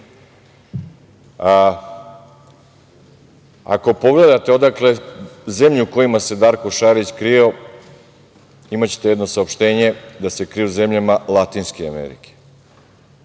pogledate zemlje u kojima se Darko Šarić krio, imaćete jedno saopštenje da se krio u zemljama Latinske Amerike.